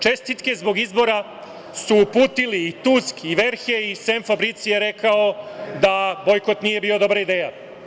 Čestitke zbog izbora su uputili i Tusk i Verhej i Sem Fabricio je rekao da bojkot nije bila dobra ideja.